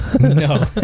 No